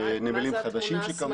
נמלים חדשים שקמו.